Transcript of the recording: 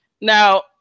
Now